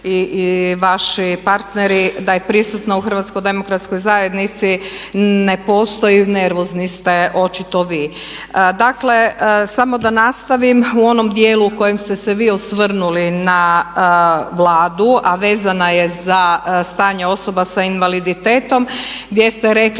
i vaši partneri da je prisutna u Hrvatskoj demokratskoj zajednici ne postoji, nervozni ste očito vi. Dakle, samo da nastavim. U onom dijelu u kojem ste se vi osvrnuli na Vladu, a vezana je za stanje osoba sa invaliditetom, gdje ste rekli